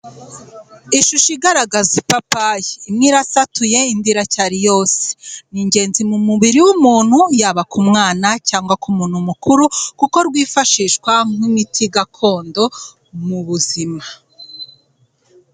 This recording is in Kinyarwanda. Ishusho igaragaza ipapayi, imwe irasatuye indi iracyari yose. Ni ingenzi mu mubiri w'umuntu yaba ku mwana cyangwa ku muntu mukuru kuko rwifashishwa nk'imiti gakondo mu buzima.